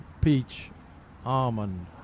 peach-almond